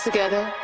Together